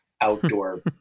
outdoor